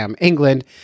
England